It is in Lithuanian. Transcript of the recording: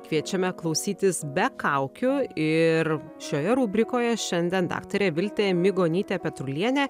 kviečiame klausytis be kaukių ir šioje rubrikoje šiandien daktarė viltė migonytė petrulienė